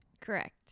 Correct